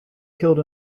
killed